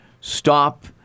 stop